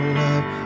love